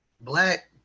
black